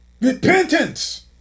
Repentance